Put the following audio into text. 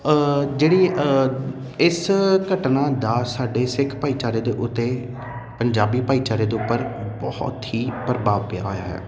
ਜਿਹੜੀ ਇਸ ਘਟਨਾ ਦਾ ਸਾਡੇ ਸਿੱਖ ਭਾਈਚਾਰੇ ਦੇ ਉੱਤੇ ਪੰਜਾਬੀ ਭਾਈਚਾਰੇ ਦੇ ਉੱਪਰ ਬਹੁਤ ਹੀ ਪ੍ਰਭਾਵ ਪਿਆ ਹੋਇਆ ਹੈ